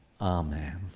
Amen